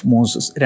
Moses